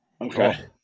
Okay